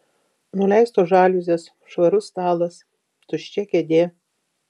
nuleistos žaliuzės švarus stalas tuščia kėdė